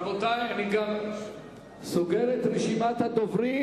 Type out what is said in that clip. רבותי, אני גם סוגר את רשימת הדוברים.